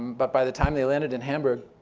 but by the time they landed in hamburg,